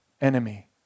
enemy